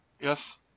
yes